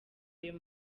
ayo